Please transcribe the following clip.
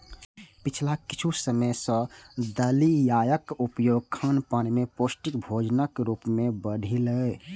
पिछला किछु समय सं दलियाक उपयोग खानपान मे पौष्टिक भोजनक रूप मे बढ़लैए